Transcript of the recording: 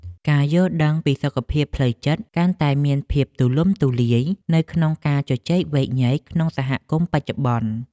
ការយល់ដឹងពីសុខភាពផ្លូវចិត្តកាន់តែមានភាពទូលំទូលាយនៅក្នុងការជជែកវែកញែកក្នុងសហគមន៍បច្ចុប្បន្ន។